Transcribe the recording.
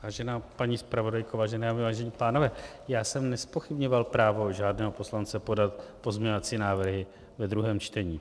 Vážená paní zpravodajko, vážené dámy, vážení pánové, já jsem nezpochybňoval právo žádného poslance podat pozměňovací návrhy ve druhém čtení.